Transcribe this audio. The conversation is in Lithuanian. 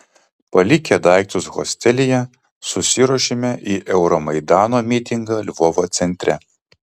palikę daiktus hostelyje susiruošėme į euromaidano mitingą lvovo centre